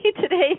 today